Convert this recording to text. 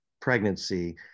pregnancy